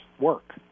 work